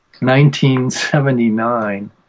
1979